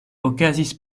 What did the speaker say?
okazis